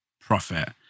profit